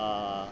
err